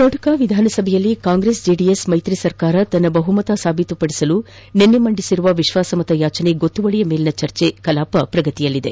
ಕರ್ನಾಟಕ ವಿಧಾನಸಭೆಯಲ್ಲಿ ಕಾಂಗ್ರೆಸ್ ಜೆಡಿಎಸ್ ಮೈತ್ರಿ ಸರ್ಕಾರ ತನ್ನ ಬಹುಮತ ಸಾಬೀತುಪಡಿಸಲು ನಿನ್ನೆ ಮಂಡಿಸಿರುವ ವಿಶ್ಲಾಸಮತಯಾಚನೆ ಗೊತ್ತುವಳಿಯ ಮೇಲಿನ ಚರ್ಚೆ ಕಲಾಪ ಪ್ರಗತಿಯಲ್ಲಿದೆ